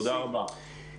תודה רבה.